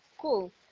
Cool